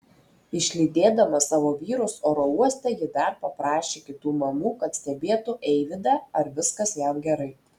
išlydėdama savo vyrus oro uoste ji dar paprašė kitų mamų kad stebėtų eivydą ar viskas jam gerai